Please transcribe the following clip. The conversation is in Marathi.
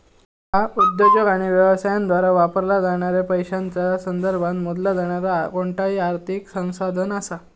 ह्या उद्योजक आणि व्यवसायांद्वारा वापरला जाणाऱ्या पैशांच्या संदर्भात मोजला जाणारा कोणताही आर्थिक संसाधन असा